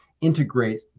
integrate